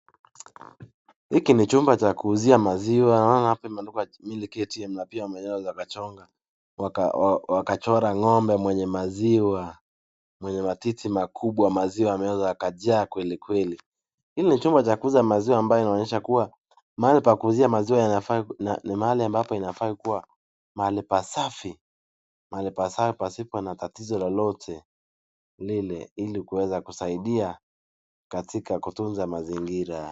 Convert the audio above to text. Hiki ni chumba cha kuuzia maziwa unaona hapa kumeandikwa na wakachora ng'ombe mwenye maziwa na mwenye matiti makubwa maziwa yanaweza kuwa yamejaa kwelikweli. Hili ni chumba ya kuuzia maziwa ambayo inaonyesha kuwa mahali pakuuzia maziwa panafaa kuwa pahali pasafi, mahali pasafi pasipo kuwa na tatizo lolote lile ili kuweza kusaidia katika kuweza kusaidia kutunza mazingira.